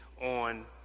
on